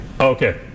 Okay